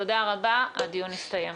תודה רבה, הדיון הסתיים.